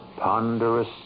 Ponderous